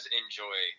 enjoy